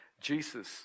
Jesus